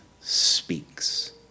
speaks